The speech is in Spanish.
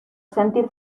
sentir